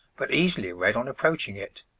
but easily read on approaching it.